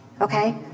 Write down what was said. okay